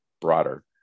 broader